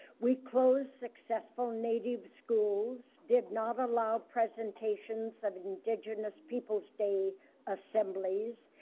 we closed successful native schools, did not allow presentations of indigenous peoples day assemblies,